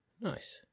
Nice